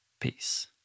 Peace